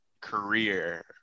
career